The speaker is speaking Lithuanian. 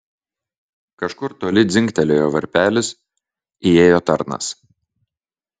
kažkur toli dzingtelėjo varpelis įėjo tarnas